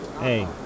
Hey